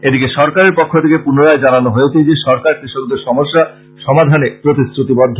এদিকে সরকারের পক্ষ থেকে পুনরায় জানানো হয়েছে যে সরকার কৃষকদের সমস্যা সমাধান প্রতিশ্রতিবদ্ধ